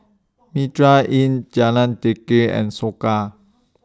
Mitraa Inn Jalan Teliti and Soka